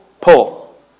pull